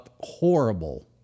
horrible